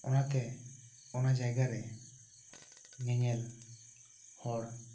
ᱚᱱᱟ ᱛᱮ ᱚᱱᱟ ᱡᱟᱭᱜᱟ ᱨᱮ ᱧᱮᱧᱮᱞ ᱦᱚᱲ